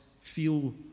feel